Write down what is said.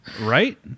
right